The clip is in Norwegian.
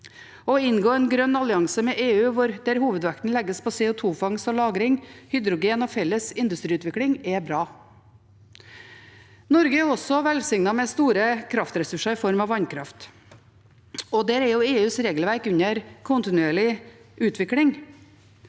Å inngå en grønn allianse med EU der hovedvekten legges på CO2-fangst og -lagring, hydrogen og felles industriutvikling, er bra. Norge er også velsignet med store kraftressurser i form av vannkraft, og der er EUs regelverk under kontinuerlig utvikling.